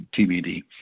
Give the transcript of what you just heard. TBD